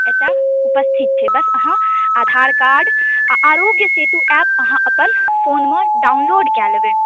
एतय उपस्थित छै बस अहाँ आधार कार्ड आ आरोग्य सेतु ऍप अहाँ अपन फोन मे डाउनलोड कऽ लेबै